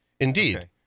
indeed